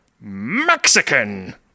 Mexican